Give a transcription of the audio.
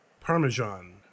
parmesan